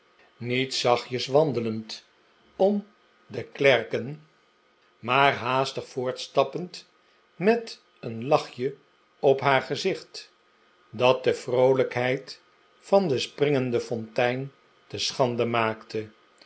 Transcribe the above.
niet zachtjes wandelend om de klerken maar haastig voortstappend met een lachje op haar gezicht dat de vroolijkheid van de springende fontein te schande maakte